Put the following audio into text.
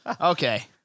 Okay